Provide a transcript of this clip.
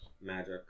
Magic